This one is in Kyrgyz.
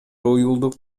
уюлдук